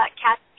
CAT